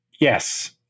Yes